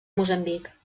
moçambic